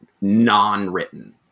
non-written